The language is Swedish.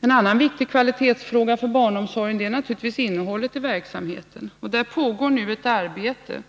En annan viktig kvalitetsfråga i barnomsorgen är naturligtvis innehållet i verksamheten. Där pågår nu ett arbete